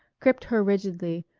gripped her rigidly,